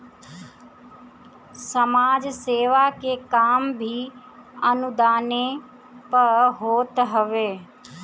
समाज सेवा के काम भी अनुदाने पअ होत हवे